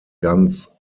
guns